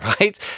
right